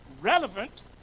relevant